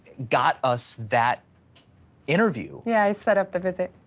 got us that interview. yeah, i set up the visit.